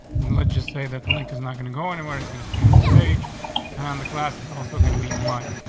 let's just say that link is not gonna go anywhere is going to stay on this page on and the glass is also going to be in line.